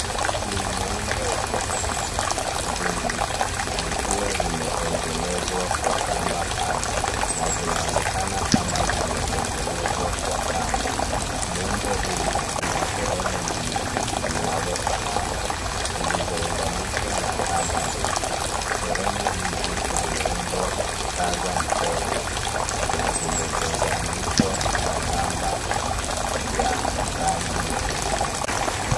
Ni muundo wa mbingu mbili zikiwa zimetengenezwa kwa kamba pana na zinaonekana kama zimetengenezwa kwa kamba, muundo huu una sehemu mbili zinazofanana zilizounganishwa na kamba ndefu sehemu hizi zimeundwa kukaza mkono na zimezungushwa na kamba ya rangi nyeusi.